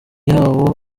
yawo